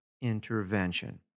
intervention